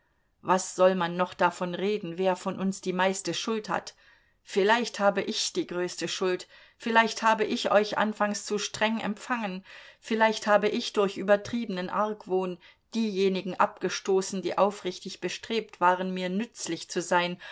was soll man noch davon reden wer von uns die meiste schuld hat vielleicht habe ich die größte schuld vielleicht habe ich euch anfangs zu streng empfangen vielleicht habe ich durch übertriebenen argwohn diejenigen abgestoßen die aufrichtig bestrebt waren mir nützlich zu sein